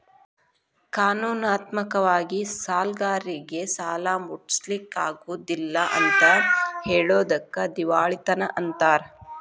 ಕಾನೂನಾತ್ಮಕ ವಾಗಿ ಸಾಲ್ಗಾರ್ರೇಗೆ ಸಾಲಾ ಮುಟ್ಟ್ಸ್ಲಿಕ್ಕಗೊದಿಲ್ಲಾ ಅಂತ್ ಹೆಳೊದಕ್ಕ ದಿವಾಳಿತನ ಅಂತಾರ